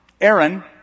Aaron